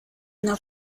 una